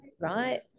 right